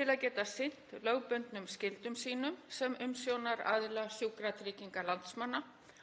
til að geta sinnt lögbundnum skyldum sínum sem umsjónaraðila sjúkratrygginga landsmanna